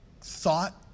thought